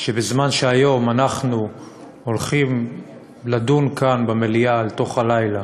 שבזמן שהיום אנחנו הולכים לדון כאן במליאה אל תוך הלילה